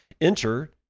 Enter